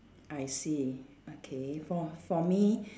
I see okay for for me